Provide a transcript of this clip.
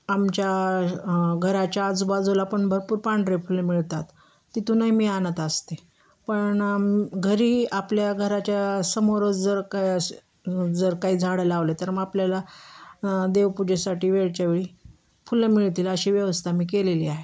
आमच्या घराच्या आजूबाजूला पण भरपूर पांढरे फुलं मिळतात तिथूनही मी आणत असते पण घरी आपल्या घराच्या समोरच जर काय अस जर काही झाडं लावले तर मग आपल्याला देवपूजेसाठी वेळच्या वेळी फुलं मिळतील अशी व्यवस्था मी केलेली आहे